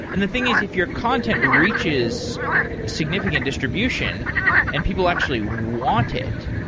and the thing is, if your content reaches significant distribution and people actually want it.